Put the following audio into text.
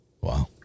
Wow